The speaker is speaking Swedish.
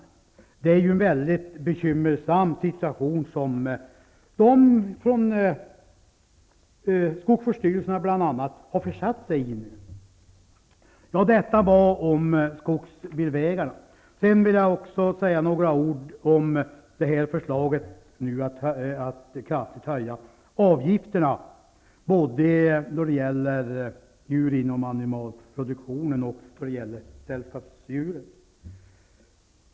Det är ju en väldigt bekymmersam situation som bl.a. skogsvårdsstyrelserna har försatt sig i nu. Detta var om skogsbilvägarna. Sedan vill jag också säga några ord om förslaget att kraftigt höja djursjukvårdsavgifterna både då det gäller djur inom animalieproduktionen och då det gäller sällskapsdjuren.